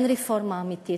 אין רפורמה אמיתית.